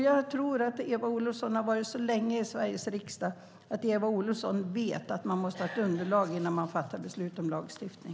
Jag tror att Eva Olofsson har varit så länge i Sveriges riksdag att hon vet att man måste ha ett underlag innan man fattar beslut om lagstiftning.